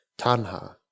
tanha